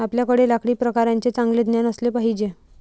आपल्याकडे लाकडी प्रकारांचे चांगले ज्ञान असले पाहिजे